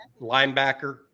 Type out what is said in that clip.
linebacker